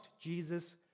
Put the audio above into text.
Jesus